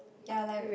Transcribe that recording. ya like